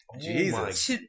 Jesus